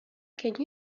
can